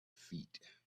feet